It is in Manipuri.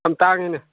ꯌꯥꯝ ꯇꯥꯡꯉꯤꯅꯦ